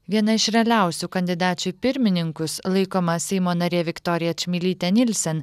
viena iš realiausių kandidačių į pirmininkus laikoma seimo narė viktorija čmilytė nielsen